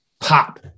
pop